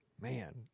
Man